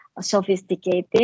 sophisticated